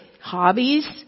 hobbies